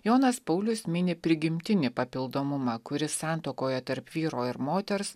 jonas paulius mini prigimtinį papildomumą kuris santuokoje tarp vyro ir moters